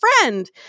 friend